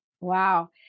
wow